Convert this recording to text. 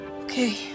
Okay